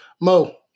Mo